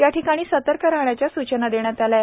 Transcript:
याठिकाणी सतर्क राहण्याच्या सुचना देण्यात आल्या आहे